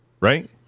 right